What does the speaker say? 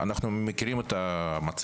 אתם מפנים אותם?